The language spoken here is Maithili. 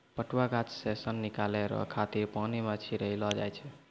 पटुआ गाछ से सन निकालै रो खातिर पानी मे छड़ैलो जाय छै